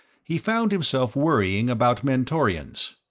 he found himself worrying about mentorians.